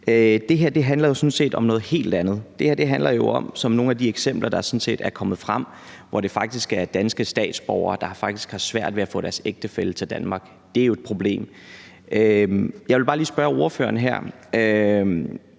jo sådan set om noget helt andet. Det her handler jo, som nogle af de eksempler, der sådan set er kommet frem, viser, om danske statsborgere, der faktisk har svært ved at få deres ægtefælle til Danmark. Det er jo et problem. Jeg vil bare lige spørge ordføreren her: